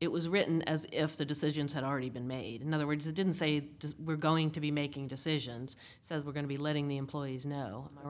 it was written as if the decisions had already been made in other words they didn't say we're going to be making decisions so we're going to be letting the employees know we're